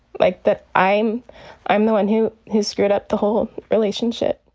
like that i'm i'm the one who has screwed up the whole relationship